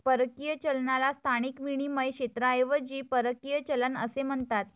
परकीय चलनाला स्थानिक विनिमय क्षेत्राऐवजी परकीय चलन असे म्हणतात